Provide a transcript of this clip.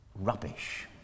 rubbish